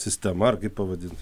sistema ar kaip pavadint